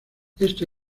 este